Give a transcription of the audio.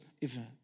event